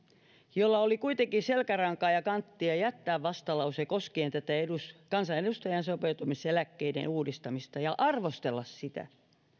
jolla oli kuitenkin selkärankaa ja kanttia jättää vastalause koskien tätä kansanedustajien sopeutumiseläkkeiden uudistamista ja arvostella sitä